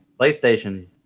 PlayStation